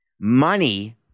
money